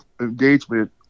engagement